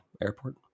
airport